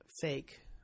fake